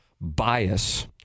bias